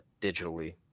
digitally